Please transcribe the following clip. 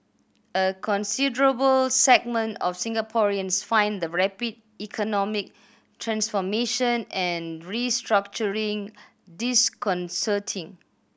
a considerable segment of Singaporeans find the rapid economic transformation and restructuring disconcerting